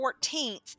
14th